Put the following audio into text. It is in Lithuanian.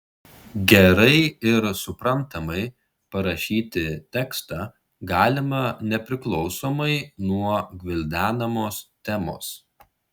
gerai ir suprantamai parašyti tekstą galima nepriklausomai nuo gvildenamos temos